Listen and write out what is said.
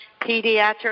pediatric